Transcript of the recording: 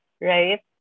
right